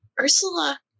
Ursula